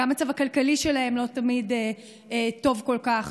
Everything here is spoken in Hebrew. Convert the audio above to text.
גם המצב הכלכלי שלהם לא תמיד טוב כל כך,